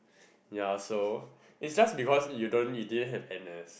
ya so is just because you don't you didn't have N_S